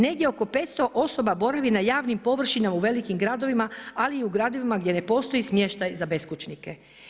Negdje oko 500 osoba boravi na javnim površinama u velikim gradovima, ali i u gradovima gdje ne postoji smještaj za beskućnike.